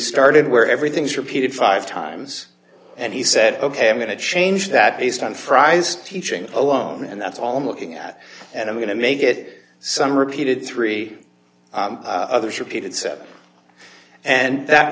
started where everything's repeated five times and he said ok i'm going to change that based on fries teaching alone and that's all i'm looking at and i'm going to make it some repeated three others repeat itself and that